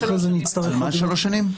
ואם אחרי זה נצטרך לדון --- מה שלוש שנים?